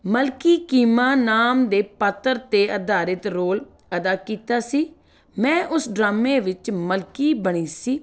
ਮਲਕੀ ਕੀਮਾ ਨਾਮ ਦੇ ਪਾਤਰ 'ਤੇ ਅਧਾਰਿਤ ਰੋਲ ਅਦਾ ਕੀਤਾ ਸੀ ਮੈਂ ਉਸ ਡਰਾਮੇ ਵਿੱਚ ਮਲਕੀ ਬਣੀ ਸੀ